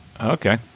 Okay